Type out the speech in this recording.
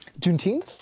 Juneteenth